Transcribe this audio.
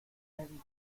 and